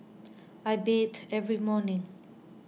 I bathe every morning